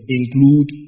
include